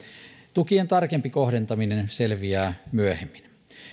tukien tarkempi kohdentaminen selviää myöhemmin